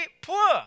poor